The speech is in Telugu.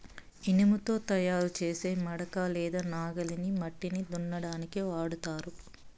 ఇనుముతో తయారు చేసే మడక లేదా నాగలిని మట్టిని దున్నటానికి వాడతారు